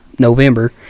November